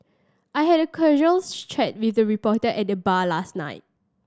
I had a casuals chat with a reporter at the bar last night